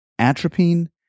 atropine